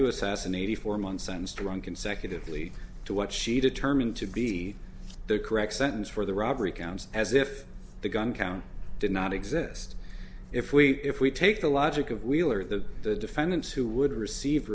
to assassinate him for months and strong consecutively to what she determined to be the correct sentence for the robbery counts as if the gun count did not exist if we if we take the logic of wheeler the defendants who would receive